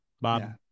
bob